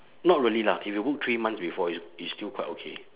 not really lah if you book three months before it's it's still quite okay